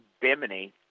Bimini